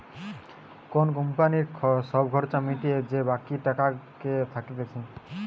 কোন কোম্পানির সব খরচা মিটিয়ে যে বাকি টাকাটা থাকতিছে